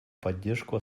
поддержку